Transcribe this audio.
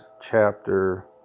chapter